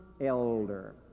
elder